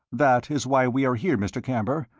that is why we are here, mr. camber,